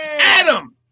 Adam